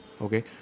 okay